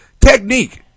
technique